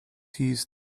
used